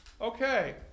Okay